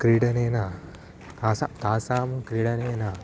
क्रीडनेन तासां तासां क्रीडनेन